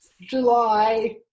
july